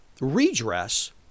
redress